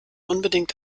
unbedingt